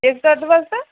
किस दर्द वास्तै